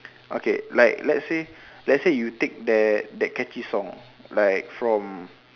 okay like let say let say you take that that catchy song like from